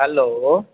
hello